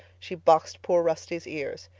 she boxed poor rusty's ears.